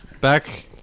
back